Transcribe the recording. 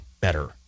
better